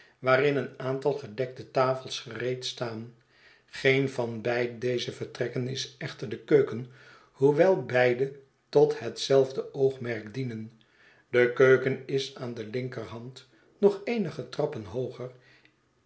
waarin een aantal gedekte tafels gereed staan geen van beide deze vertrekken is echter de keuken hoewel beide tot hetzelfde oogmerk dienen de keuken is aan de linkerhand nog eenige trappen hooger